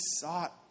sought